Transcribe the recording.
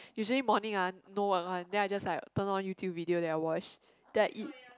usually morning ah no work one then I just like turn on YouTube video then I watch then I eat